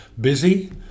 busy